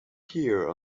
here